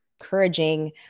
encouraging